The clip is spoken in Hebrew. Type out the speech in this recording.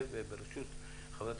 הפריטטית סמוכים על שולחנה של הוועדה הזאת.